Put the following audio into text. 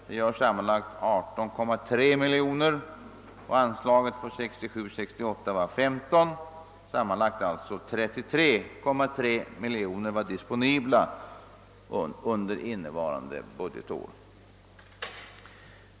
Detta gör sammanlagt 18,3 miljoner kronor disponibla för samma budgetår. Anslaget för 1967/68 uppgick till 15 miljoner kronor. Sammanlagt var alltså 33,3 miljo ner kronor disponibla under innevarande budgetår.